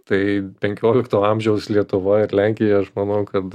tai penkiolikto amžiaus lietuva ir lenkija aš manau kad